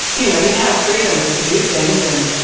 you know, you have freedoms to do things and,